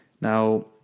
Now